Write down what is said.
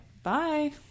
Bye